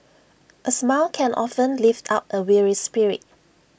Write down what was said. A smile can often lift up A weary spirit